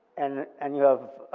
and and you have.